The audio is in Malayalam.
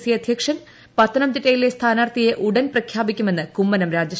സി അധ്യക്ഷൻ പത്തനംതിട്ടയിലെ സ്ഥാനാർത്ഥിയെ ഉടൻ പ്രഖ്യാപി ക്കുമെന്ന് കുമ്മനംരാജശേഖരൻ